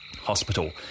hospital